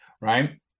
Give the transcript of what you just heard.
right